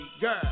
girl